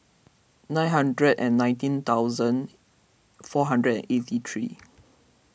nine hundred and nineteen thousand four hundred and eighty three